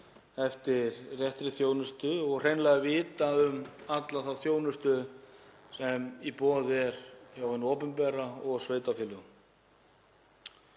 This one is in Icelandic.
eftir réttri þjónustu og hreinlega að vita um alla þá þjónustu sem í boði er hjá hinu opinbera og sveitarfélögum.